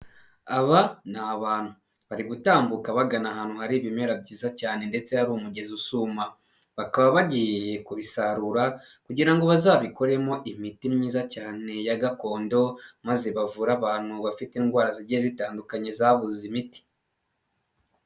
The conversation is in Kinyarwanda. Aba ni abantu bari gutambuka bagana ahantu hari ibimera byiza cyane ndetse hari umugezi usuma, bakaba bagiye kubisarura kugira ngo bazabikoremo imiti myiza cyane, ya gakondo maze bavura abantu bafite indwara zigiye zitandukanye zabuze imiti.